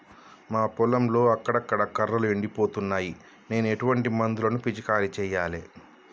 మా పొలంలో అక్కడక్కడ కర్రలు ఎండిపోతున్నాయి నేను ఎటువంటి మందులను పిచికారీ చెయ్యాలే?